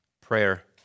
prayer